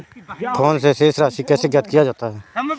Phone से शेष राशि कैसे ज्ञात किया जाता है?